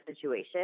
situation